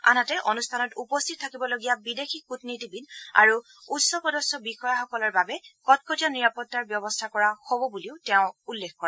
আনহাতে অনুষ্ঠানত উপস্থিত থাকিবলগীয়া বিদেশী কুটনীতিবিদ আৰু উচ্চপদস্থ বিষয়াসকলৰ বাবে কটকটীয়া নিৰাপত্তাৰ ব্যৱস্থা কৰা হব বুলিও তেওঁ উল্লেখ কৰে